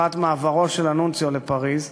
לקראת מעברו של הנונציו לפריז,